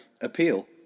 appeal